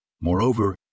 Moreover